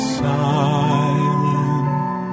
silent